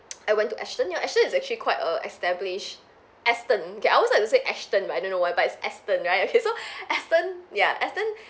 I went to aston you know aston is actually quite a established aston okay I always like to say aston but I don't know why but it's aston right okay so aston ya aston